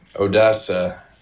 Odessa